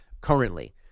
currently